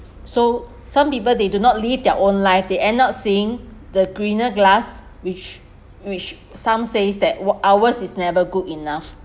so some people they do not live their own life they end up seeing the greener grass which which some says that what ours is never good enough